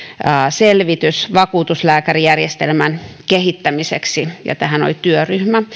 selvitys vakuutuslääkärijärjestelmän kehittämiseksi ja tähän oli työryhmä